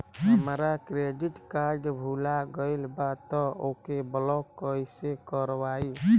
हमार credit card भुला गएल बा त ओके ब्लॉक कइसे करवाई?